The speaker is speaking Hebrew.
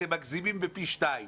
אתם מגזימים בפי שניים,